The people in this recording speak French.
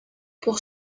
pour